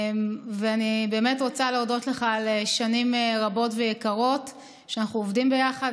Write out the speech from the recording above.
אני באמת רוצה להודות לך על שנים רבות ויקרות שבהן אנחנו עובדים ביחד,